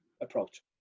approach